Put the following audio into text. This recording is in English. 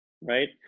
right